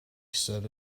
set